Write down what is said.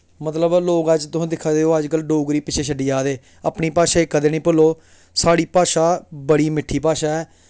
मतलब लोग अज्जकल तुस दिक्खा दे ओ कि अज्ज कल डोगरी गी पिच्छें छड्डी जा दे अपनी भाशा गी कदें निं भुल्लो साढ़ी भाशा बड़ी मिट्ठी भाशा ऐ